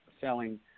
selling